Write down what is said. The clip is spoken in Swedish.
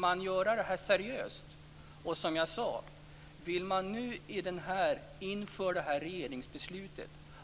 Men för att